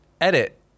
edit